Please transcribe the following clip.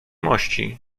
mości